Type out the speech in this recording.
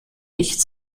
nicht